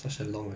ya